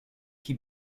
qui